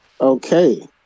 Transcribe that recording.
okay